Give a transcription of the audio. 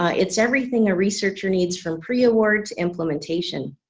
ah it's everything a researcher needs from pre-award to implementation.